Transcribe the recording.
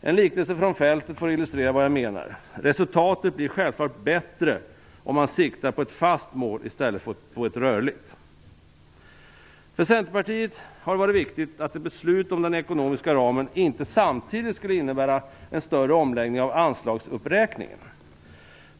En liknelse från fältet får illustrera vad jag menar: Resultatet blir självklart bättre om man siktar på ett fast mål i stället för på ett rörligt! För Centerpartiet har det varit viktigt att ett beslut om den ekonomiska ramen inte samtidigt skulle innebära en större omläggning av anslagsuppräkningen.